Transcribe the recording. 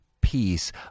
peace